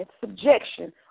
subjection